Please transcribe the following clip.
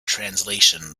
translation